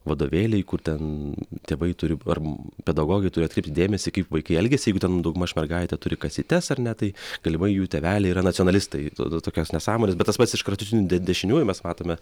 vadovėliai kur ten tėvai turi ar pedagogai turi atkreipti dėmesį kaip vaikai elgiasi jeigu ten daugmaž mergaitė turi kasytes ar ne tai galimai jų tėveliai yra nacionalistai atrodo tokios nesąmonės bet tas pats iš kraštutinių de dešiniųjų mes matome